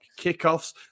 kickoffs